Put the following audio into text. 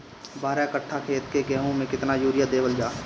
बारह कट्ठा खेत के गेहूं में केतना यूरिया देवल जा?